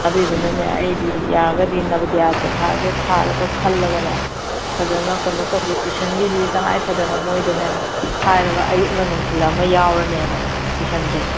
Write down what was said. ꯑꯗꯨꯏꯗꯨꯅꯅꯦ ꯑꯩꯗꯤ ꯌꯥꯔꯒꯗꯤ ꯅꯚꯣꯗꯤꯌꯥ ꯄꯩꯈꯥꯁꯦ ꯊꯥꯔꯒ ꯈꯜꯂꯒꯅꯦ ꯐꯖꯅ ꯀꯩꯅꯣ ꯇꯧꯒꯦ ꯇꯨꯏꯁꯟꯒꯤꯁꯤꯗꯤ ꯇꯉꯥꯏꯐꯗꯅ ꯃꯣꯏꯗꯅꯦ ꯍꯥꯏꯔꯒ ꯑꯌꯨꯛꯂ ꯅꯨꯡꯊꯤꯜꯂ ꯑꯃ ꯌꯥꯎꯔꯅꯦꯕ ꯇꯨꯏꯁꯟꯁꯦ